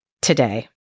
today